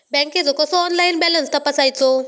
बँकेचो कसो online balance तपासायचो?